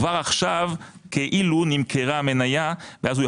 כבר עכשיו כאילו נמכרה המניה ואז יכול